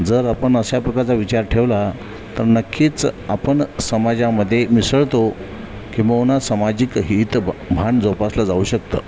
जर आपण अशा प्रकारचा विचार ठेवला तर नक्कीच आपण समाजामध्ये मिसळतो किंबहुना सामाजिक हित ब् भान जोपासलं जाऊ शकतं